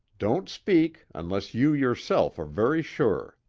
don't speak unless you yourself are very sure.